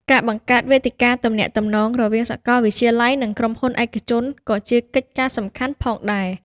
ការបង្កើតវេទិកាទំនាក់ទំនងរវាងសាកលវិទ្យាល័យ និងក្រុមហ៊ុនឯកជន ក៏ជាកិច្ចការសំខាន់ផងដែរ។